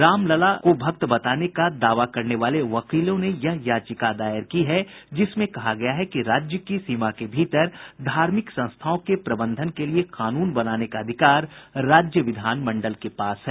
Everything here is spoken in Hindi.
रामलला को भक्त बताने का दावा करने वाले वकीलों ने यह याचिका दायर की है जिसमें कहा गया कि राज्य की सीमा के भीतर धार्मिक संस्थाओं के प्रबंधन के लिए कानून बनाने का अधिकार राज्य विधानमंडल के पास है